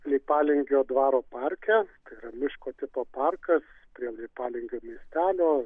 leipalingio dvaro parke yra miško tipo parkas prie leipalingio miestelio